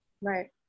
Right